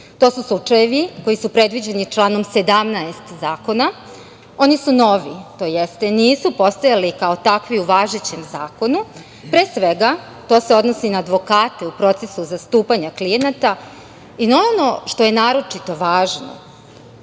To su slučajevi koji su predviđeni članom 17. zakona. Oni su novi tj. nisu postojali kao takvi u važećem zakonu, a to se odnosi na advokate u procesu zastupanja klijenata i na ono što je naročito važno,